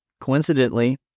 coincidentally